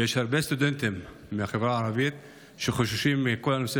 ויש הרבה סטודנטים מהחברה הערבית שחוששים מכל הנושא